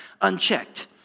unchecked